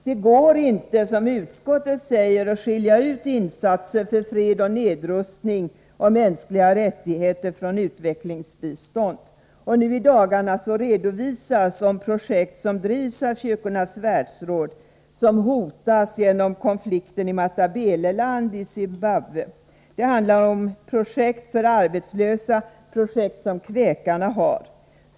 Det går inte, som utskottet säger, att skilja ut insatser för fred och nedrustning och mänskliga rättigheter från utvecklingsbiståndet. I dagarna redovisas de projekt som drivs av Kyrkornas världsråd i Matabeleland i Zimbabwe och som hotas av konflikt. Det är projekt för arbetslösa, som kväkarna driver.